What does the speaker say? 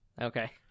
Okay